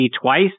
twice